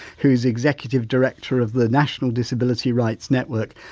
who's executive director of the national disability rights network,